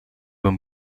een